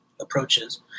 Approaches